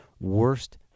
worst